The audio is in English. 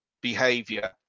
behavior